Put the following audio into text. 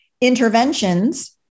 interventions